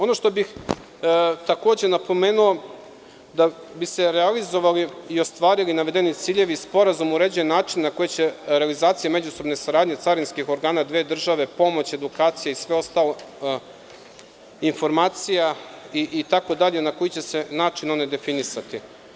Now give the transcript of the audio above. Ono što bih takođe napomenuo da bi se realizovali i ostvarili navedeni ciljevi sporazum uređuje način na koji će realizacija međusobne saradnje carinskih organa dve države, pomoć, edukacija i sve ostalo, informacija itd, definisati.